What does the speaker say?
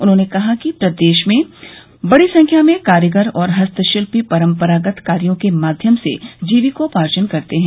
उन्होंने कहा कि प्रदेश में बड़ी संख्या में कारीगर और हस्तशिल्यी परम्परागत कार्यो के माध्यम से जीविकोपार्जन करते हैं